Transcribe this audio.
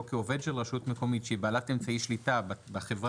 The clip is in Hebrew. או כעובד של רשות מקומית שהיא בעלת אמצעי שליטה בחברה,